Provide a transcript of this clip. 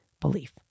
belief